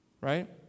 right